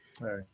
Right